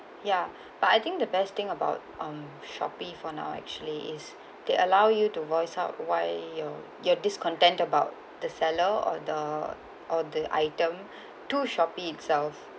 ya but I think the best thing about um Shopeefor now actually is they allow you to voice out why you're you're discontent about the seller or the or the item to Shopee itself